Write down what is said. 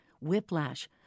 whiplash